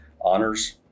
honors